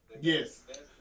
yes